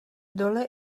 dole